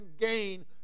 gain